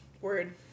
Word